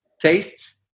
tastes